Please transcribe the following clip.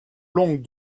longue